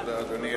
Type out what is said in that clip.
תודה, אדוני.